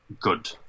good